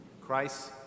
Christ